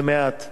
לדעתי.